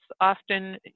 often